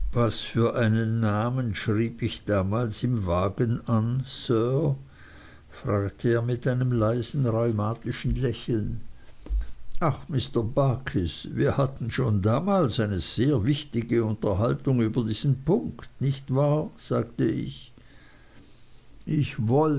was für einen namen schrieb ich damals im wagen an sir fragte er mit einem leisen rheumatischen lächeln ach mr barkis wir hatten schon damals eine sehr wichtige unterhaltung über diesen punkt nicht wahr sagte ich ich wollte